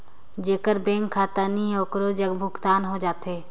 जेकर बैंक खाता नहीं है ओकरो जग भुगतान हो जाथे?